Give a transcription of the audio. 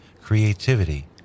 creativity